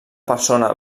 persona